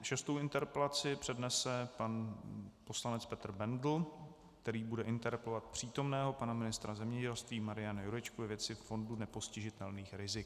Šestou interpelaci přednese pan poslanec Petr Bendl, který bude interpelovat přítomného pana ministra zemědělství Mariana Jurečku ve věci fondu nepostižitelných rizik.